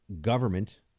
government